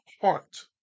HEART